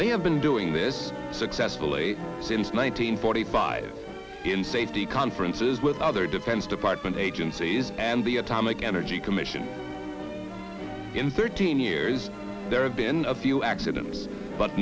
they have been doing this successfully since one thousand nine hundred five in safety conferences with other defense department agencies and the atomic energy commission in thirteen years there have been a few accidents but